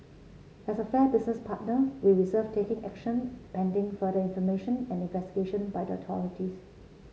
as a fair business partner we reserved taking action pending further information and investigation by the authorities